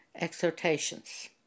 Exhortations